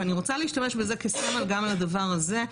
ואני רוצה להשתמש בזה כסמל גם לדבר הזה.